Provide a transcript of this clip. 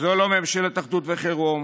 זו לא ממשלת אחדות וחירום